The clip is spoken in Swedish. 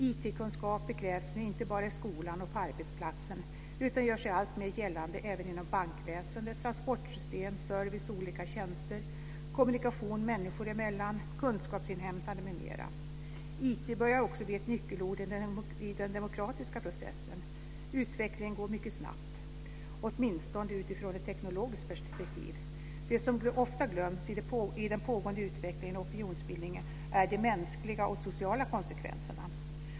IT-kunskaper krävs nu inte bara i skolan och på arbetsplatsen utan gör sig även alltmer gällande inom bankväsende, transportsystem, service, olika tjänster, kommunikation människor emellan, kunskapsinhämtande m.m. IT börjar också bli ett nyckelord i den demokratiska processen. Utvecklingen går mycket snabbt, åtminstone utifrån ett teknologiskt perspektiv. Det som ofta glöms i den pågående utvecklingen och opinionsbildningen är de mänskliga och sociala konsekvenserna.